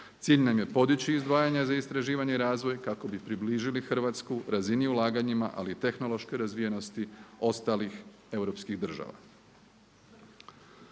Cilj nam je podići izdvajanja za istraživanje i razvoj kako bi približili Hrvatsku razini ulaganja ali i tehnološke razvijenosti ostalih europskih država.